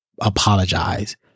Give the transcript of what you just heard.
apologize